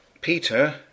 Peter